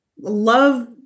love